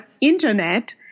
internet